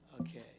Okay